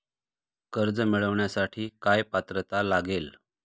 कर्ज मिळवण्यासाठी काय पात्रता लागेल?